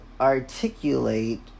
articulate